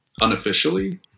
unofficially